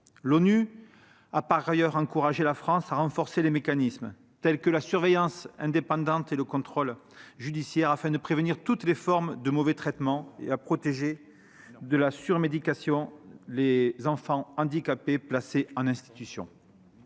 L'ONU a par ailleurs encouragé la France à renforcer les mécanismes tels que la surveillance indépendante et le contrôle judiciaire afin de prévenir toutes les formes de mauvais traitements et de protéger de la surmédication les enfants handicapés placés en institution.